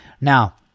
Now